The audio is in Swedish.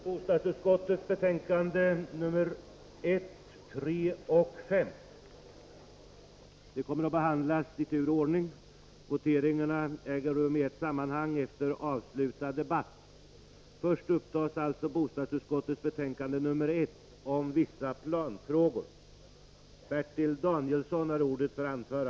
Jordbruksutskottets betänkanden 1, 2, 3, 4 och 6 kommer att behandlas i tur och ordning. Voteringarna äger rum i ett sammanhang efter avslutad debatt. Först upptas alltså jordbruksutskottets betänkande 1 om miljöoch naturresurspolitik m.m.